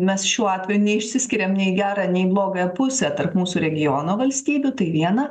mes šiuo atveju neišsiskiriam nei į gera nei į blogąją pusę tarp mūsų regiono valstybių tai viena